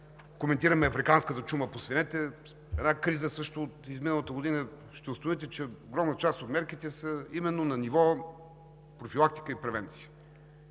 коментираме африканската чума по свинете, една криза също от изминалата година, ще установите, че огромна част от мерките са именно на ниво профилактика и превенция,